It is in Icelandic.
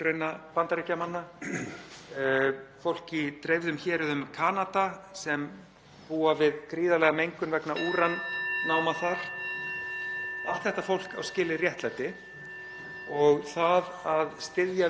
Allt þetta fólk á skilið réttlæti og það að styðja við samning Sameinuðu þjóðanna um bann við kjarnavopnum er gríðarlega mikilvægt verkfæri til þess að vinna í átt að því réttlæti.